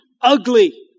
ugly